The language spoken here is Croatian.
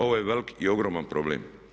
Ovo je veliki i ogroman problem.